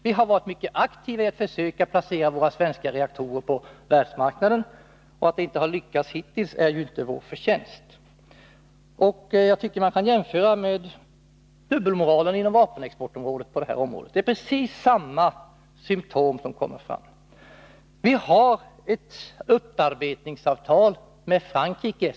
Vi har varit mycket aktiva i försöken att placera svenska reaktorer på världsmarknaden. Att det inte har lyckats hittills är inte vår förtjänst. Jag tycker att man kan jämföra detta med dubbelmoralen på vapenexportområdet. Det är precis samma symtom som kommer fram. Vi har ett upparbetningsavtal med Frankrike.